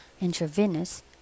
Intravenous